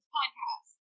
podcast